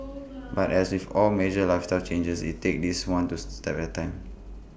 but as with all major lifestyle changes IT take this one to step at A time